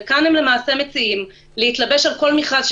וכאן הם למעשה מציעים להתלבש על כל מכרז,